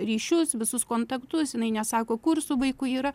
ryšius visus kontaktus jinai nesako kur su vaiku yra